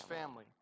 family